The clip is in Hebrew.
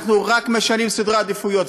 אנחנו רק משנים סדר עדיפויות.